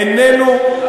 איננו,